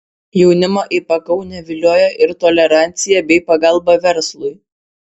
jaunimą į pakaunę vilioja ir tolerancija bei pagalba verslui